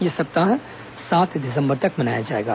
यह सप्ताह सात दिसंबर तक मनाया जाएगा